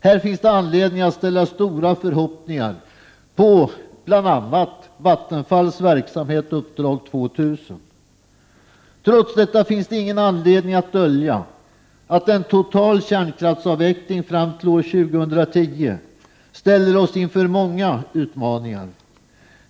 Här finns det anledning att ställa stora förhoppningar på bl.a. Vattenfalls verksamhet, uppdrag 2000. Trots detta finns det ingen anledning att dölja att en total kärnkraftsavveckling fram till år 2010 ställer oss inför många utmaningar.